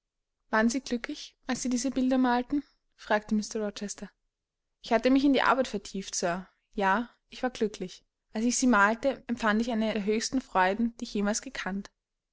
waren sie glücklich als sie diese bilder malten fragte mr rochester ich hatte mich in die arbeit vertieft sir ja ich war glücklich als ich sie malte empfand ich eine der höchsten freuden die ich jemals gekannt